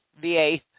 VA